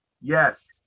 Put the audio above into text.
Yes